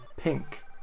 Pink